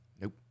Nope